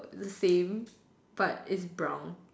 the same but it's brown